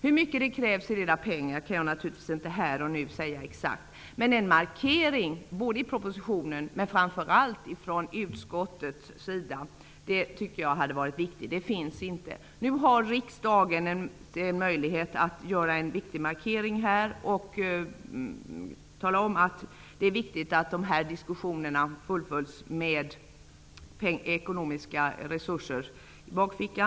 Hur mycket det krävs i reda pengar kan jag naturligtvis inte här och nu säga exakt, men en markering både i propositionen och, framför allt, från utskottet hade enligt min mening varit viktigt. Någon sådan finns inte. Nu har riksdagen en möjlighet att göra en viktig markering och tala om att det är viktigt att de här diskussionerna fullföljs med ekonomiska resurser i bakfickan.